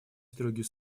строгий